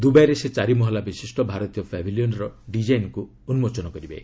ଦୁବାଇରେ ସେ ଚାରି ମହଲା ବିଶିଷ୍ଟ ଭାରତୀୟ ପାଭିଲିୟନ୍ର ଡିଜାଇନ୍କୁ ଉନ୍କୋଚନ କରିବେ